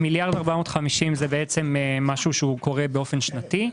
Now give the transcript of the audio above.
ה-1.450 מיליארד זה בעצם משהו שהוא קורה באופן שוטף,